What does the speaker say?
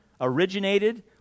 originated